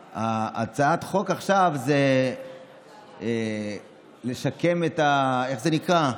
הצעת החוק עכשיו זה לשקם את איך זה נקרא?